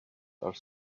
are